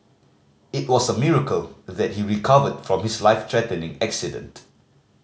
it was a miracle that he recovered from his life threatening accident